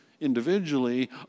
individually